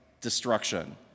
destruction